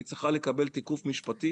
היא צריכה לקבל תיקוף משפטי